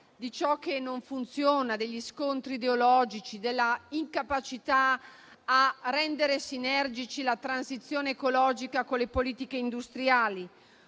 di ciò che non funziona, degli scontri ideologici, dell'incapacità a rendere sinergiche la transizione ecologica e le politiche industriali.